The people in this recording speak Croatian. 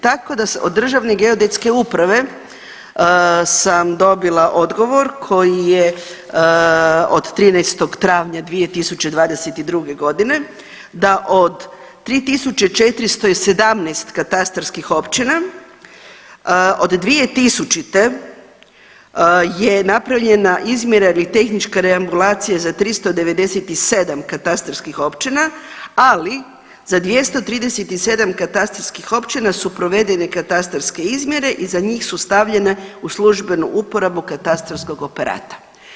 Tako da od Državne geodetske uprave sam dobila odgovor koji je od 13. travnja 2022. godine da od 3.417 katastarskih općina od 2000. je napravljena izmjera ili tehnička reambulacija za 397 katastarskih općina, ali za 237 katastarskih općina su provedene katastarske izmjere i za njih su stavljene u službenu uporabu katastarskog operata.